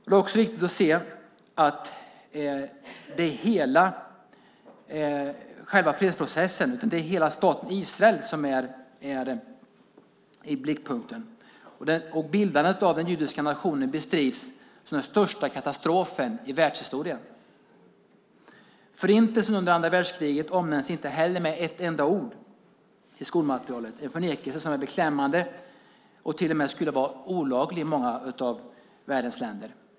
Det är också viktigt att se att det är hela staten Israel som är i blickpunkten i fredsprocessen. Bildandet av den judiska nationen betecknas som den största katastrofen i världshistorien. Förintelsen under andra världskriget omnämns inte heller med ett enda ord i skolmaterialet. Det är en förnekelse som är beklämmande och som till och med skulle vara olaglig i många länder i världen.